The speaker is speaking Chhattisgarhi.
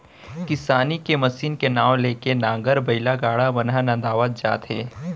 किसानी के मसीन के नांव ले के नांगर, बइला, गाड़ा मन नंदावत जात हे